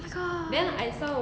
oh god